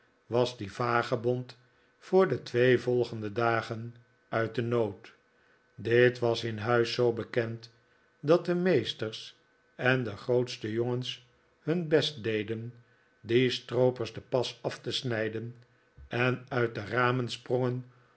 was die vagebond vbor de twee volgende dagen uit den nood dit was in huis zoo bekend dat de meesters en de grootste jongens hun best deden die stroopers den pas af te snijden en uit de ramen sprongen